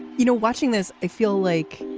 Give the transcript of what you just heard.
you know watching this i feel like